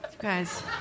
guys